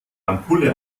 ampulle